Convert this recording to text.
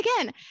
again